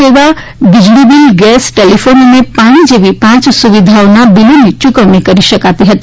સેવા વીજળીબીલ gas telephone અને પાણી જેવી પાંચ સુવિધાઓના બીલોની ચુકવણી કરી શકાતી હતી